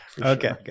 Okay